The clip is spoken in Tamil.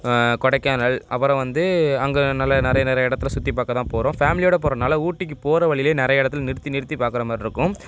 கொடைக்கானல் அப்புறம் வந்து அங்கே நல்ல நிறைய நிறைய இடத்துல சுற்றி பார்க்க தான் போகிறோம் ஃபேமிலியோடு போகிறனால ஊட்டிக்கு போகிற வழிலே நிறைய இடத்துல நிறுத்தி நிறுத்தி பார்க்குறமாரி இருக்கும்